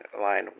Line